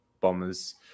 Bombers